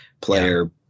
player